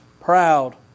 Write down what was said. proud